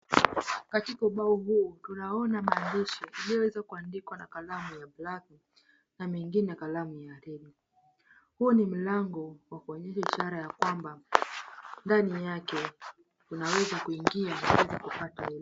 Katika ubao huu tunaona maandishi iliyoweza kuandikwa na kalamu ya black na mengine kalamu ya red . Huo ni mlango wa kuonyesha ishara ya kwamba ndani yake unaweza kuingia na kuweza kupata.